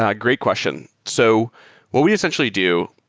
ah great question. so what we essentially do,